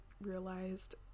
realized